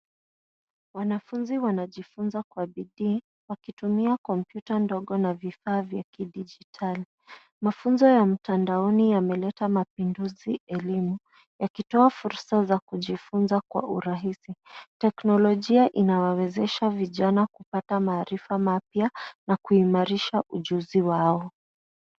Wanafunzi wanajifunza kwa bidii kwa kutumia kompyuta ndogo na vifaa vya kidijitali. Mafunzo ya mtandaoni yameleta mapinduzi elimu yakitoa fursa za kujifunza kwa urahisi. Teknolojia inawawezesha vijana kupata maarifa mapya na kuimarisha ujuzi wao.